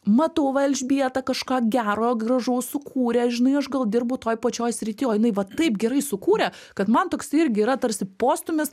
matau elžbietą kažką gero gražaus sukūrė žinai aš gal dirbu toj pačioj srityj o jinai vat taip gerai sukūrė kad man toks irgi yra tarsi postūmis